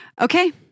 Okay